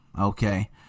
Okay